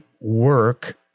work